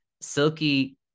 Silky